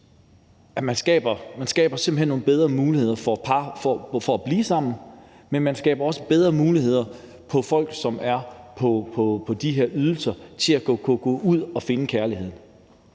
Man skaber simpelt hen nogle bedre muligheder for par for at blive sammen, men man skaber også bedre muligheder for folk, som er på de her ydelser, for at kunne gå ud og finde kærligheden.